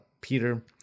Peter